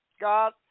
God